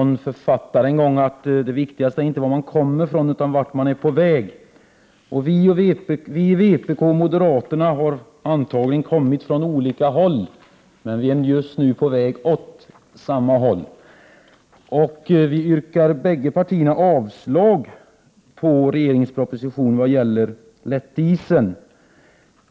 En författare sade en gång att det viktiga inte är var man kommer ifrån, utan vart man är på väg. Vänsterpartiet kommunisterna och moderaterna har antagligen kommit från olika håll, men vi är just nu på väg åt samma håll. Båda våra partier yrkar avslag på regeringens proposition om lättdieseln.